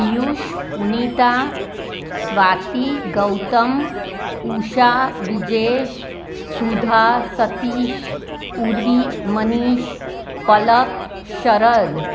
Piyush Punita Swati Gautam Usha Vijesh Sudha Satish Purvi Manish Palak Sharad